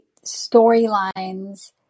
storylines